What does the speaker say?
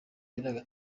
biranga